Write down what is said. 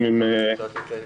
פשוט יש לנו את המליאה.